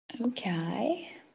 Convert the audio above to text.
Okay